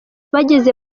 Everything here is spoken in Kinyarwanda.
bageze